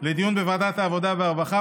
לדיון בוועדת העבודה והרווחה.